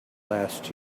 last